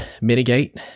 mitigate